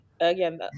Again